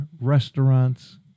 restaurants